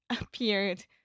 appeared